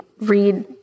read